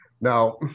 now